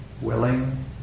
willing